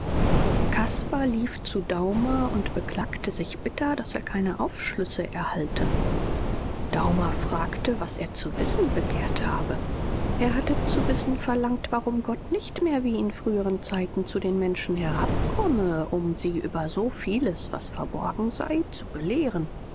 caspar lief zu daumer und beklagte sich bitter daß er keine aufschlüsse erhalte daumer fragte was er zu wissen begehrt habe er hatte zu wissen verlangt warum gott nicht mehr wie in früheren zeiten zu den menschen herabkomme um sie über so vieles was verborgen sei zu belehren